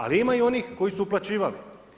Ali ima i onih koji su uplaćivali.